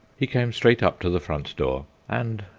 he came straight up to the front door and,